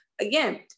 Again